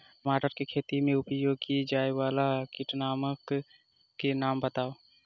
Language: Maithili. टमाटर केँ खेती मे उपयोग की जायवला कीटनासक कऽ नाम बताऊ?